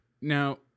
Now